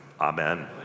Amen